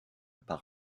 par